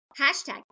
hashtag